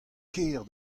ker